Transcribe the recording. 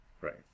Right